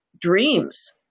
dreams